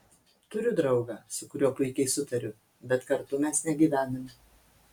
turiu draugą su kuriuo puikiai sutariu bet kartu mes negyvename